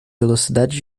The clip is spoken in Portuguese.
velocidade